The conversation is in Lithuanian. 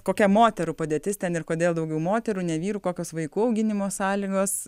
kokia moterų padėtis ten ir kodėl daugiau moterų ne vyrų kokios vaikų auginimo sąlygos